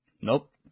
Nope